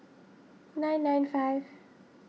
nine nine five